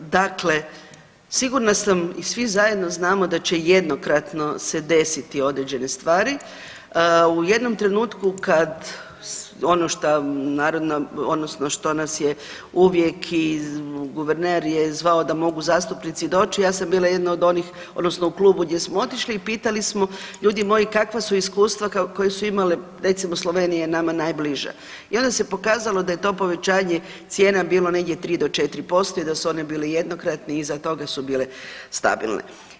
Dakle, sigurna sam i svi zajedno znamo da će jednokratno se desiti određene stvari u jednom trenutku kad ono što nas je uvijek i guverner je zvao da mogu zastupnici doći, ja sam bila jedna od onih odnosno u klubu gdje smo otišli i pitali smo ljudi moji kakva su iskustva koji su imali recimo Slovenija je nama najbliža i onda se pokazalo da je to povećanje cijena bilo negdje 3 do 4% i da su one bile jednokratne iza toga su bile stabilne.